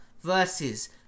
versus